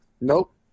Nope